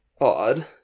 Odd